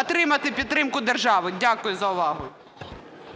отримати підтримку держави. Дякую за увагу.